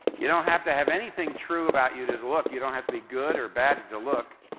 you don't have to have anything true about you to to look, you don't have to be good or bad to look.